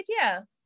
idea